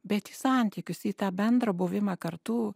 bet į santykius į tą bendrą buvimą kartu